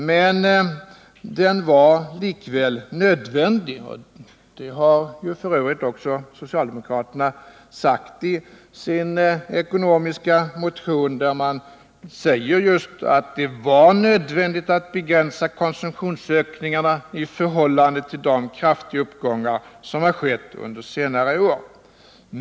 Men den var likväl nödvändig, och det har f. ö. också socialdemokraterna sagt i sin motion om den ekonomiska politiken, där de framhåller att det var nödvändigt att begränsa konsumtionsökningarna med tanke på de kraftiga uppgångar som har skett under senare år.